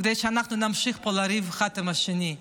כדי שאנחנו נמשיך לריב פה אחד עם השני.